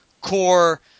Core